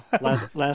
last